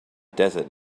desert